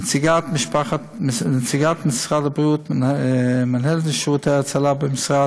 נציגת משרד הבריאות, מנהלת שירותי ההצלה במשרד,